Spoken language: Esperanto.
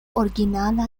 originala